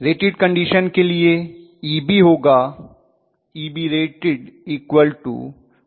rated condition के लिए Eb होगा Eb 220−200005